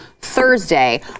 thursday